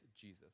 Jesus